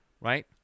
right